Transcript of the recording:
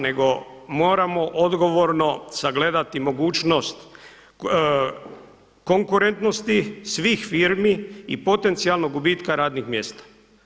Nego moramo odgovorno sagledati mogućnost konkurentnosti svih firmi i potencijalnog gubitka radnih mjesta.